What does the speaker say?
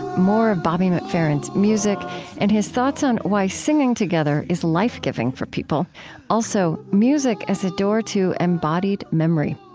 more of bobby mcferrin's music and his thoughts on why singing together is life-giving for people also, music as a door to embodied memory.